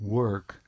work